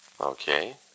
Okay